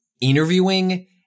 interviewing